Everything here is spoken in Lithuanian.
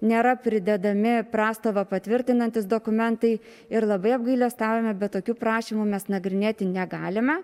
nėra pridedami prastovą patvirtinantys dokumentai ir labai apgailestaujame bet tokių prašymų mes nagrinėti negalime